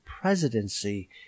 presidency